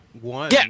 one